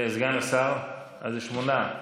גם סגן השר, אז זה שמונה,